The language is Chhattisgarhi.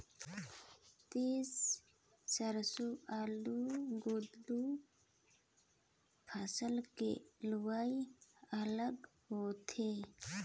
तिसी, सेरसों, आलू, गोदंली फसल के लुवई अलग होथे